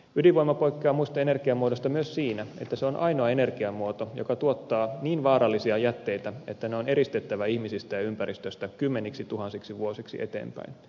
ydinvoima poikkeaa muista energiamuodoista myös siinä että se on ainoa energiamuoto joka tuottaa niin vaarallisia jätteitä että ne on eristettävä ihmisistä ja ympäristöstä kymmeniksituhansiksi vuosiksi eteenpäin